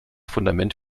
fundament